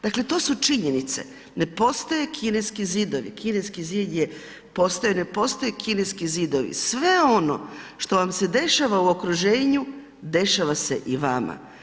Dakle, to su činjenice, ne postoje kineski zidovi, Kineski zid je postojao, ne postoje kineski zidovi, sve ono što vam se dešava u okruženju, dešava se i vama.